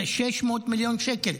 זה 600 מיליון שקל.